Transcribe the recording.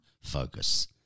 focus